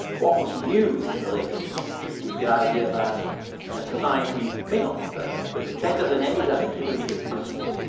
what was new in the late eighteenth century was the idea that a society may not be perfect but better than any that had hitherto existed,